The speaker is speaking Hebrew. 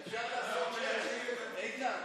איתן,